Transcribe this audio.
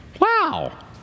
Wow